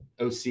OC